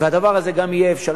והדבר הזה יהיה אפשרי.